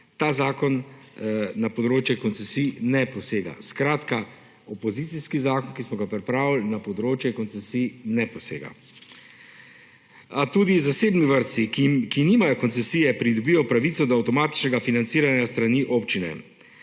ta zakon na področje konsecij ne posega. Skratka, opozicijski zakon, ki smo ga pripravili, na področje koncesij ne posega. A tudi zasebni vrtci, ki nimajo koncesije, pridobijo pravico do avtomatičnega financiranja s strani občine.